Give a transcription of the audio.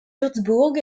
wurtzbourg